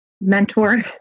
mentor